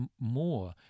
more